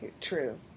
true